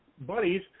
buddies